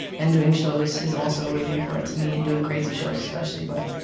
and doing shows is also really important to me and doing crazy shows especially, but